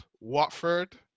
Watford